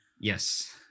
Yes